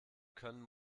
können